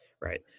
Right